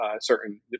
certain